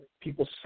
people